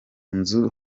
nzu